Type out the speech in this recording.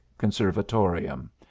Conservatorium